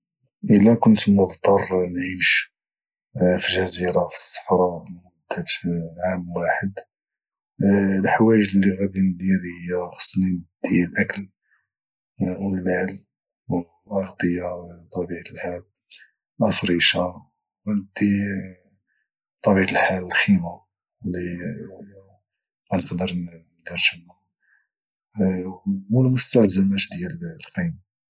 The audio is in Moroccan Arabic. الى كنت مضظر نعيش في جزيرة في الصحراء لمدة عام واحد الحوايج اللي غادي ندير هي خصني ندي الأكل او المال او الأغطية بطبيعة الحال الأفرشة او غندي بطبيعة الحال الخيمة اللي غنقدر ندير تما مثلا والمستلزمات ديال الخيمة